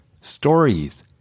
stories